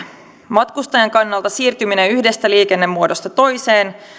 matkustajan kannalta siirtyminen yhdestä liikennemuodosta toiseen